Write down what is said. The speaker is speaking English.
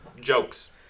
jokes